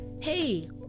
hey